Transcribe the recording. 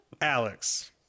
Alex